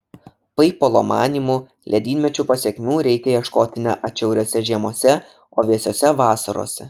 paipolo manymu ledynmečių pasekmių reikia ieškoti ne atšiauriose žiemose o vėsiose vasarose